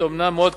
אומנם מאוד קטנה,